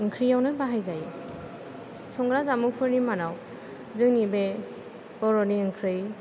ओंख्रियावनो बाहाय जायो संग्रा जामुंफोरनि मादाव जोंनि बे बर'नि ओंख्रि